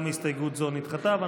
גם הסתייגות זו נדחתה.